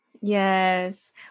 yes